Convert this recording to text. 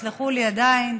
עדיין,